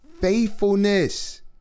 faithfulness